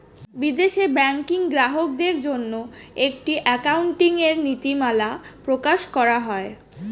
বিদেশে ব্যাংকিং গ্রাহকদের জন্য একটি অ্যাকাউন্টিং এর নীতিমালা প্রকাশ করা হয়